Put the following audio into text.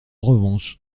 revanche